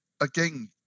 again